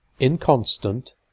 inconstant